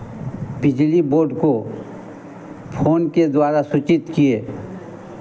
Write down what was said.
बिजली बोर्ड को फोन के द्वारा सुचित किए